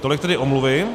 Tolik tedy omluvy.